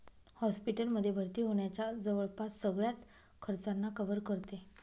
hospital मध्ये भर्ती होण्याच्या जवळपास सगळ्याच खर्चांना कव्हर करते